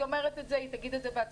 היא אומרת את זה, היא תגיד את זה בעצמה.